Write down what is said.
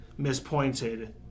mispointed